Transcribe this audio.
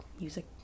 music